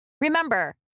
Remember